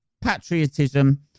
patriotism